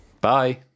bye